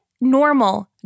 normal